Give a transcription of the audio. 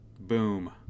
boom